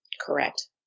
Correct